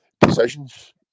Decisions